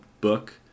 book